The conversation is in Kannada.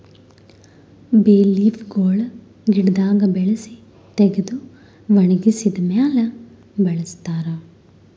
ಬೇ ಲೀಫ್ ಗೊಳ್ ಗಿಡದಾಗ್ ಬೆಳಸಿ ತೆಗೆದು ಒಣಗಿಸಿದ್ ಮ್ಯಾಗ್ ಬಳಸ್ತಾರ್